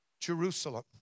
Jerusalem